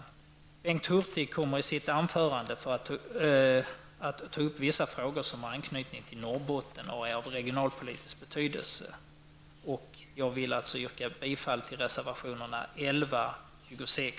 Bengt Hurtig kommer i sitt anförande att ta upp vissa frågor med anknytning till Norrbotten och som är av regionalpolitisk betydelse. Jag vill alltså yrka bifall till reservationerna 11, 26